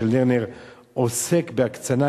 עוסק בהקצנה,